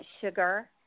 sugar